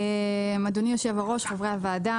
אדוני היושב-ראש, חברי הוועדה.